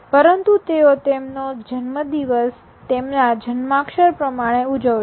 પરંતુ તેઓ તેમનો જન્મદિવસ તેમના જન્માક્ષર પ્રમાણે ઉજવશે